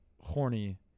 horny